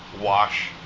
wash